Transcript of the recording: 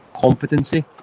competency